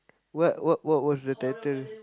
what what what was the title